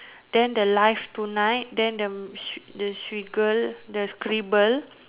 then the live tonight then the sc~ the scribble the scribble